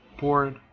board